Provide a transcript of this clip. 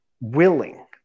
willing